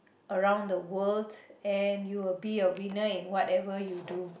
around the world and you will be a winner in whatever you do